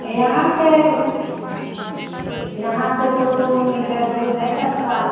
यहाँ से यहाँ से दो किलोमीटर दूर है कस्बा